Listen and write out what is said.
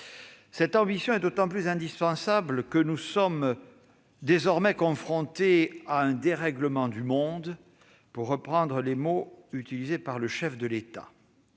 Cette ambition est d'autant plus indispensable que nous sommes désormais confrontés à un « dérèglement du monde », pour reprendre les mots du chef de l'État.